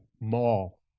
mall